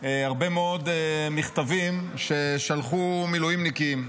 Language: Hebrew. הרבה מאוד מכתבים ששלחו מילואימניקים,